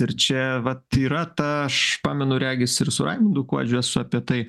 ir čia vat yra ta aš pamenu regis ir su raimundu kuodžiu esu apie tai